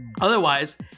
Otherwise